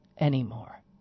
anymore